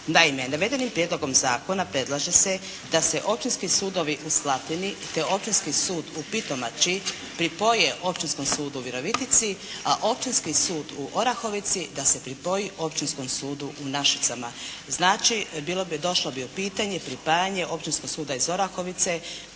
Naime, navedenim prijedlogom zakona predlaže se da se Općinski sud u Slatini te Općinski sud u Pitomači pripoje Općinskom sudu u Virovitici a Općinski sud u Orahovici da se pripoji Općinskom sudu u Našicama. Znači, došlo bi u pitanje pripajanje Općinskog suda iz Orahovice